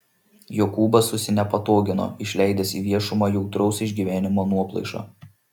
jokūbas susinepatogino išleidęs į viešumą jautraus išgyvenimo nuoplaišą